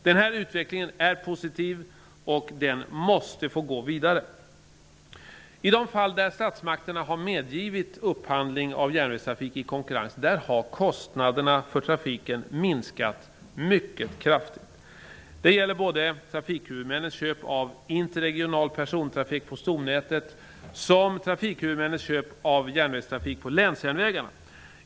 Den här utvecklingen är positiv, och den måste få gå vidare. I de fall där statsmakterna har medgivit upphandling av järnvägstrafik i konkurrens har kostnaderna för trafiken minskat mycket kraftigt. Det gäller både trafikhuvudmännens köp av interregional persontrafik på stomnätet och trafikhuvudmännens köp av järnvägstrafik på länsjärnvägarna.